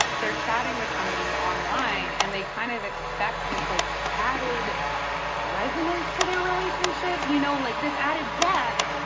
they're chatting with somebody online, and they kind of expect this, like, added resonance to their relationship, you know, like, this added depth.